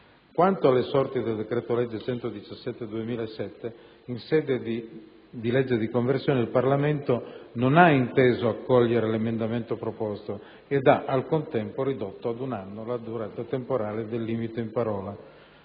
Quanto alle sorti del decreto-legge n 117 del 2007, in sede di legge di conversione, il Parlamento non ha inteso accogliere l'emendamento proposto ed ha, al contempo, ridotto ad un anno la durata temporale del limite in parola.